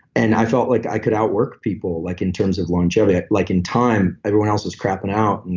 and i felt like i could outwork people like in terms of longevity. like in time, everyone else was crapping out, and